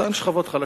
אותן שכבות חלשות.